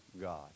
God